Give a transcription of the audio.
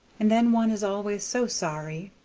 and then one is always so sorry.